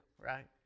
right